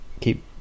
keep